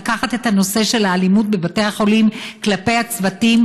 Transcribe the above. לשים את נושא האלימות בבתי החולים כלפי הצוותים